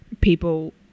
people